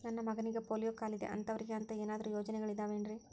ನನ್ನ ಮಗನಿಗ ಪೋಲಿಯೋ ಕಾಲಿದೆ ಅಂತವರಿಗ ಅಂತ ಏನಾದರೂ ಯೋಜನೆಗಳಿದಾವೇನ್ರಿ?